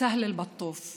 (אומרת בערבית: בבקעת בית נטופה,)